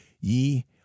Ye